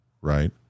Right